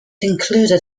included